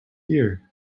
year